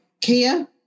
Kia